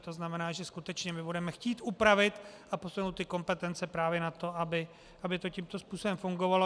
To znamená, že skutečně budeme chtít upravit a posunout kompetence právě k tomu, aby to tímto způsobem fungovalo.